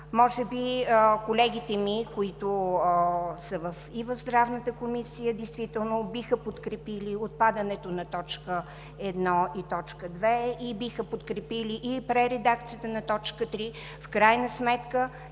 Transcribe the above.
Може би колегите ми, които са и в Здравната комисия, действително биха подкрепили отпадането на т. 1 и т. 2 и биха подкрепили и прередакцията на т. 3. В крайна сметка